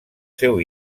seu